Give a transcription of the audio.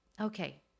okay